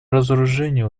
разоружению